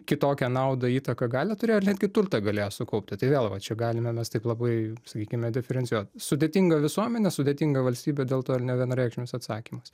kitokią naudą įtaką galią turėjo ir netgi turtą galėjo sukaupti tai vėl va čia galime mes taip labai sakykime diferencijuot sudėtinga visuomenė sudėtinga valstybė dėl to ir nevienareikšmis atsakymas